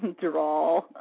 draw